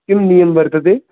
किं नियमं वर्तते